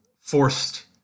forced